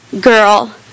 girl